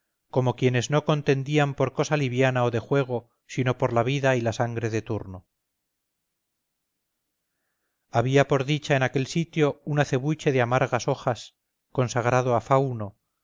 como quienes no contendían por cosa liviana o de juego sino por la vida y la sangre de turno había por dicha en aquel sitio un acebuche de amargas hojas consagrado a fauno